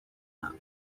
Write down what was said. not